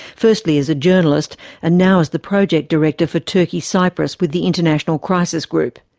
firstly as a journalist and now as the project director for turkey cyprus with the international crisis group.